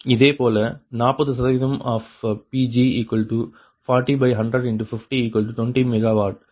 இதேபோல 40 of Pg40100×5020 MW எனவே HPg8